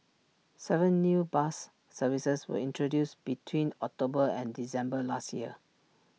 Seven new bus services were introduced between October and December last year